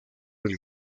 del